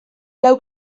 lau